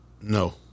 No